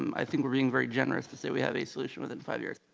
um i think we're being very generous to say we have a solution within five years.